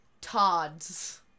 Todds